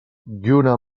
lluna